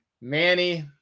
manny